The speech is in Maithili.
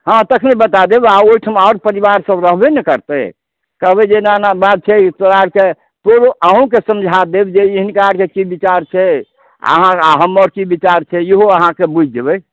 हँ तखने बता देब आ ओहिठाम आओर परिवार सब रहबे नहि करतै कहबै जे एना एना बात छै छौंड़ाके तोरो अहूँके समझा देब जे ई हिनका जे की बिचार छै अहाँ आ हम्मर की बिचार छै इहो अहाँके बुझि जेबै